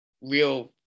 real